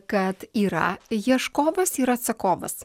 kad yra ieškovas yra atsakovas